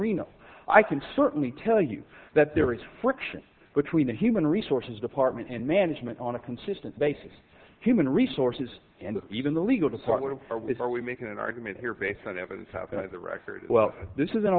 reno i can certainly tell you that there is friction between the human resources department and management on a consistent basis human resources and even the legal department is are we making an argument here based on the record well this is an